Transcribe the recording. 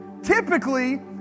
Typically